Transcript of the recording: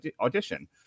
audition